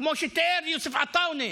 כמו שתיאר יוסף עטאונה.